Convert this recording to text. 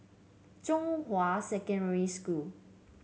Zhonghua Secondary School